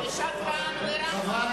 שקרן.